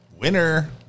Winner